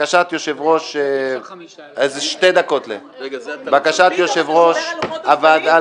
בקשה להעברת הצעת חוק התקשורת (בזק ושידורים) (תיקון,